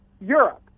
Europe